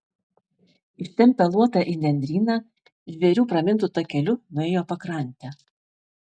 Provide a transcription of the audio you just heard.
ištempę luotą į nendryną žvėrių pramintu takeliu nuėjo pakrante